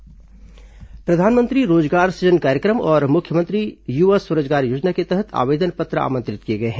रोजगार सुजन कार्यक्रम प्रधानमंत्री रोजगार सुजन कार्यक्रम और मुख्यमंत्री युवा स्व रोजगार योजना के तहत आवेदन पत्र आमंत्रित किए गए हैं